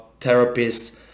therapists